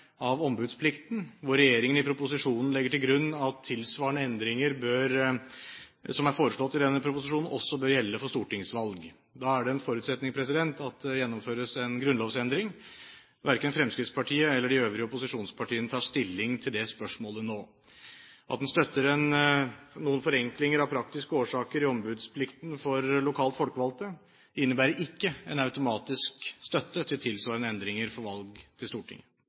av ombudsplikten, hvor regjeringen i proposisjonen legger til grunn at tilsvarende endringer som er foreslått i denne proposisjonen, også bør gjelde for stortingsvalg. Da er det en forutsetning at det gjennomføres en grunnlovsendring. Verken Fremskrittspartiet eller de øvrige opposisjonspartiene tar stilling til det spørsmålet nå. At en støtter noen forenklinger av praktiske årsaker i ombudsplikten for lokalt folkevalgte, innebærer ikke en automatisk støtte til tilsvarende endringer for valg til Stortinget.